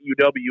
UW